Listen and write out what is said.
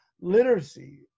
literacy